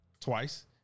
twice